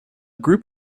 group